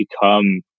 become